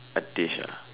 a dish ah